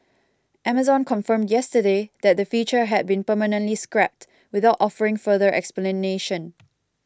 amazon confirmed yesterday that the feature had been permanently scrapped without offering further explanation